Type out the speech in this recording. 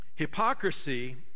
hypocrisy